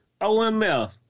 OMF